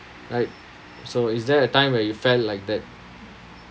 like so is there a time where you felt like that